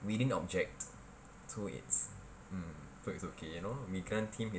we didn't object to it mm so it's okay you know we can't team his permission